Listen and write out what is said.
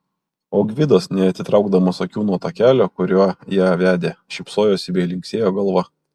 o gvidas neatitraukdamas akių nuo takelio kuriuo ją vedė šypsojosi bei linksėjo galva